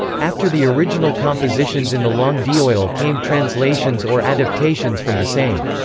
after the original compositions in the langue d'oil came translations or adaptations from the same.